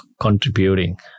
contributing